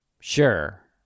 Sure